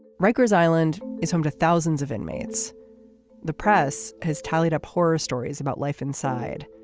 rikers island is home to thousands of inmates the press has tallied up horror stories about life inside.